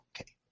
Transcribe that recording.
Okay